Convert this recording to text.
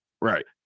Right